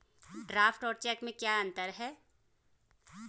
Draft और cheque में क्या अंतर है?